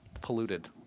polluted